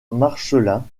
marcelin